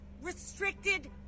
Restricted